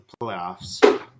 playoffs